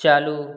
चालू